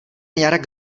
jarek